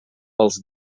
als